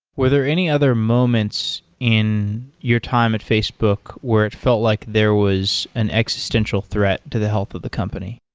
were there any other moments in your time at facebook where it felt like there was an existential threat to the health of the company?